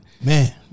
Man